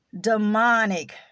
demonic